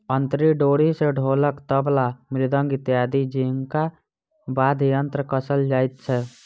अंतरी डोरी सॅ ढोलक, तबला, मृदंग इत्यादि जेंका वाद्य यंत्र कसल जाइत छै